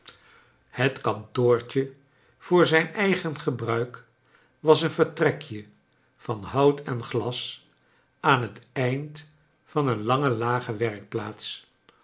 het kantoortje voor zijn eigen gebr uik was een vertr ek j e van hout a glas aan liet eind van een lange lage werkplaats